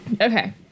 Okay